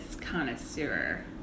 connoisseur